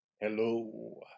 Hello